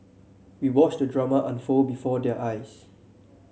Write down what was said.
we watched the drama unfold before their eyes